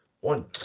One